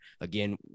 again